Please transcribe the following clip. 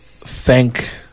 thank